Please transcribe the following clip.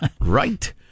Right